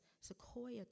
sequoia